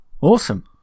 awesome